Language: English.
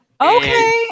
Okay